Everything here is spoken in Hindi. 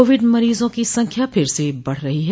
कोविड मरीजों की संख्या फिर से बढ रही है